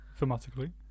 thematically